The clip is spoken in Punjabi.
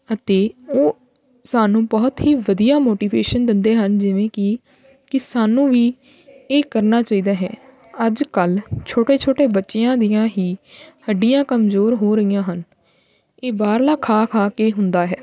ਅਤੇ ਉਹ ਸਾਨੂੰ ਬਹੁਤ ਹੀ ਵਧੀਆ ਮੋਟੀਵੇਸ਼ਨ ਦਿੰਦੇ ਹਨ ਜਿਵੇਂ ਕਿ ਕਿ ਸਾਨੂੰ ਵੀ ਇਹ ਕਰਨਾ ਚਾਹੀਦਾ ਹੈ ਅੱਜ ਕੱਲ੍ਹ ਛੋਟੇ ਛੋਟੇ ਬੱਚਿਆਂ ਦੀਆਂ ਹੀ ਹੱਡੀਆਂ ਕਮਜ਼ੋਰ ਹੋ ਰਹੀਆਂ ਹਨ ਇਹ ਬਾਹਰਲਾ ਖਾ ਖਾ ਕੇ ਹੁੰਦਾ ਹੈ